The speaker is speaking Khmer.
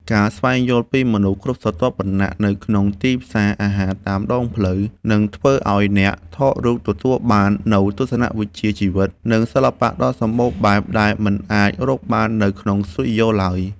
ការស្វែងយល់ពីមនុស្សគ្រប់ស្រទាប់វណ្ណៈនៅក្នុងទីផ្សារអាហារតាមដងផ្លូវ នឹងធ្វើឱ្យអ្នកថតរូបទទួលបាននូវទស្សនវិជ្ជាជីវិត និងសិល្បៈដ៏សម្បូរបែបដែលមិនអាចរកបាននៅក្នុងស្ទូឌីយោឡើយ។